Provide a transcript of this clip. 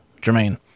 Jermaine